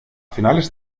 finales